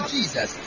Jesus